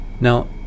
Now